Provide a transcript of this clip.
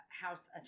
House